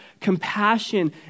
compassion